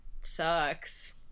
sucks